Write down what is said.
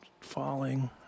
Falling